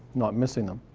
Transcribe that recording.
not missing them.